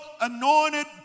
anointed